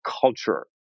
culture